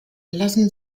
lassen